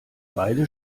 beide